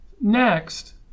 Next